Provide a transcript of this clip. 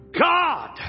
God